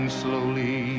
slowly